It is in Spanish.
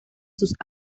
sus